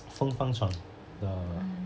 风帆船 the